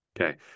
Okay